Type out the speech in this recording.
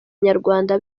nyarwanda